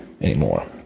anymore